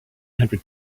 hundred